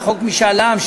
על חוק משאל עם,